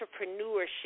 entrepreneurship